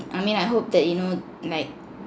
I mean I hope that you know like